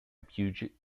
puget